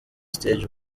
stage